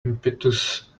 impetus